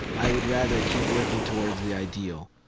i would rather keep working towards the ideal.